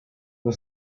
the